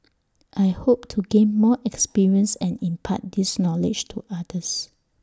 I hope to gain more experience and impart this knowledge to others